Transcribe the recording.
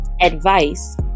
advice